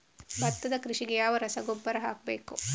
ಭತ್ತದ ಕೃಷಿಗೆ ಯಾವ ರಸಗೊಬ್ಬರ ಹಾಕಬೇಕು?